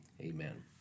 amen